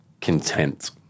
content